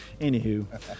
anywho